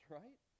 right